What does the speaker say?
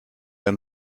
ein